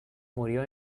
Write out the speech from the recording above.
murió